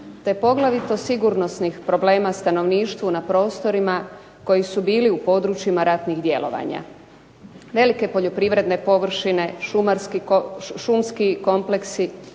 te poglavito sigurnosnih problema stanovništva na prostorima koji su bili u područjima ratnih djelovanja. Velike poljoprivredne površine, šumski kompleksi,